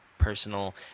personal